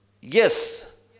Yes